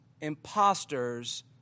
imposters